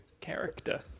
character